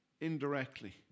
indirectly